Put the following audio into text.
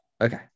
Okay